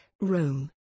Rome